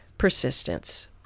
persistence